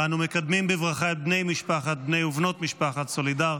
ואנו מקדמים בברכה את בני ובנות משפחת סולודר,